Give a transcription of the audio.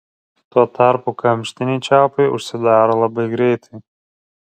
tuo tarpu kamštiniai čiaupai užsidaro labai greitai